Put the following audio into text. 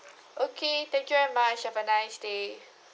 okay thank you very much have a nice day